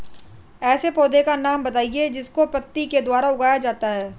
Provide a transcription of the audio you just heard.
ऐसे पौधे का नाम बताइए जिसको पत्ती के द्वारा उगाया जाता है